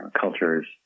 cultures